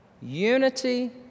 Unity